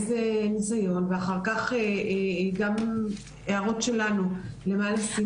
איזה נסיון ואחר כך גם הערות שלנו למה לשים